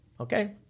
Okay